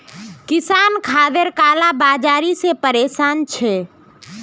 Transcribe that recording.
किसान खादेर काला बाजारी से परेशान छे